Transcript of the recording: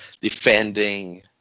defending